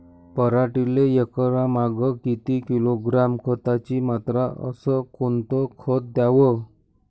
पराटीले एकरामागं किती किलोग्रॅम खताची मात्रा अस कोतं खात द्याव?